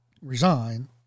resign